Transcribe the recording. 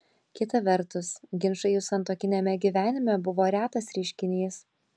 kita vertus ginčai jų santuokiniame gyvenime buvo retas reiškinys